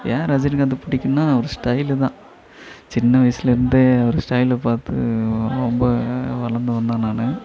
ஏன் ரஜினிகாந்தை பிடிக்கும்னா அவரு ஸ்டைலு தான் சின்ன வயசிலருந்து அவர் ஸ்டைலை பார்த்து ரொம்ப வளர்ந்தவன் தான் நான்